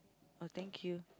oh thank you